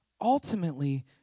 ultimately